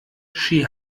she